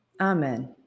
Amen